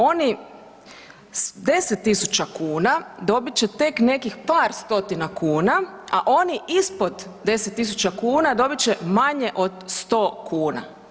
Oni s 10.000 kuna dobit će tek nekih par stotina kuna, a oni ispod 10.000 kuna dobit će manje od 100 kuna.